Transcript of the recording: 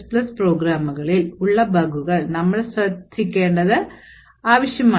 C പ്രോഗ്രാമുകളിൽ ഉള്ള ബഗുകളിൽ നമ്മൾ ശ്രദ്ധ ചെയ്യുകയാണ്